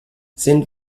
sind